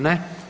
Ne.